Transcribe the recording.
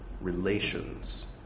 relations